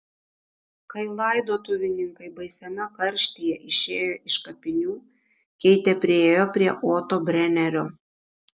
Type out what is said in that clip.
kai laidotuvininkai baisiame karštyje išėjo iš kapinių keitė priėjo prie oto brenerio